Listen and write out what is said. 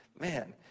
Man